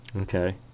Okay